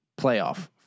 playoff